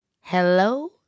Hello